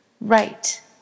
right